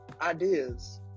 ideas